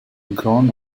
grown